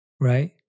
right